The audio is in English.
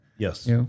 Yes